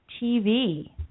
TV